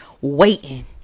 waiting